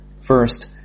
First